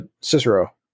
Cicero